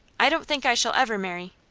i don't think i shall ever marry.